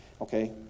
Okay